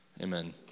Amen